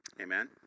amen